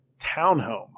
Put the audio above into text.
townhome